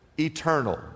eternal